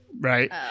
right